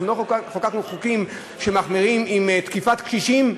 לא חוקקנו חוקים שמחמירים עם תוקפי קשישים,